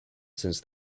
since